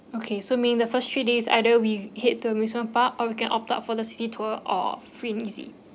okay so meaning the first three days either we head to amusement park or we can opt out for the city tour or free and easy